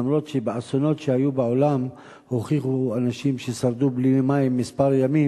למרות שבאסונות שהיו בעולם הוכיחו אנשים ששרדו בלי מים כמה ימים.